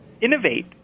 innovate